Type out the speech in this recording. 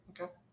okay